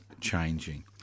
changing